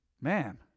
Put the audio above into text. Man